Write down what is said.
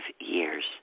years